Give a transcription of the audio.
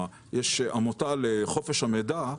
יש עמותה לחופש המידע,